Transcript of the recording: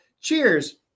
cheers